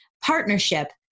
partnership